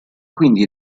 quindi